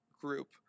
group